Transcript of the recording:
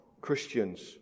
Christians